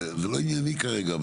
זה לא ענייני כרגע,